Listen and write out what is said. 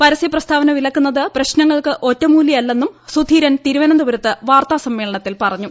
പരസ്യപ്രസ്താവന വിലക്കുന്നത് പ്രശ്നങ്ങൾക്ക് ഒറ്റമൂലിയല്ലെന്നും സുധീരൻ തിരുവനന്തപുരത്ത് വാർത്താ സമ്മേളനത്തിൽ പറഞ്ഞു